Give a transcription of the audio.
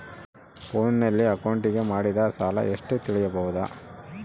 ಫೋನಿನಲ್ಲಿ ಅಕೌಂಟಿಗೆ ಮಾಡಿದ ಸಾಲ ಎಷ್ಟು ತಿಳೇಬೋದ?